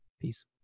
Peace